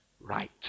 right